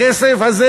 הכסף הזה,